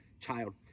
child